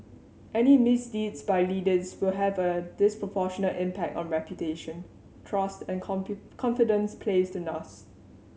any misdeeds by leaders will have a disproportionate impact on reputation trust and confidence placed in us